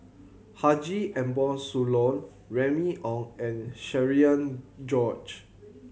Haji Ambo Sooloh Remy Ong and Cherian George